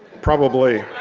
probably.